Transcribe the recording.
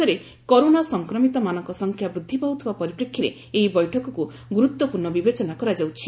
ଦେଶରେ କରୋନା ସଂକ୍ରମିତ ମାନଙ୍କ ସଂଖ୍ୟା ବୃଦ୍ଧି ପାଉଥିବା ପରିପ୍ରେକ୍ଷୀରେ ଏହି ବୈଠକକୁ ଗୁରୁତ୍ୱପୂର୍ଣ୍ଣ ବିବେଚନା କରାଯାଉଛି